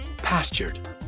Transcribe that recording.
pastured